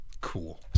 Cool